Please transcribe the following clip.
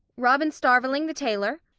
robin starveling, the tailor.